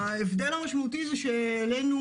ההבדל המשמעותי הוא שאלינו,